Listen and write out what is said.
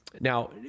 Now